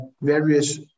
various